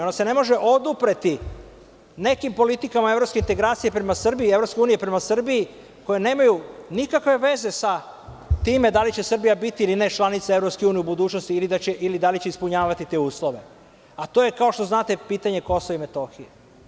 Ona se ne može odupreti nekim politikama evropskih integracija prema Srbiji, EU prema Srbiji, koje nemaju nikakve veze sa time da li će Srbija biti ili ne članica EU u budućnosti ili da li će ispunjavati te uslove, a to je, kao što znate, pitanje Kosova i Metohije.